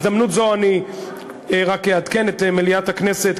בהזדמנות זו אני רק אעדכן את מליאת הכנסת,